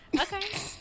Okay